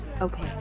Okay